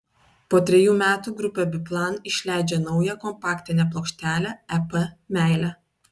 po trejų metų grupė biplan išleidžia naują kompaktinę plokštelę ep meilė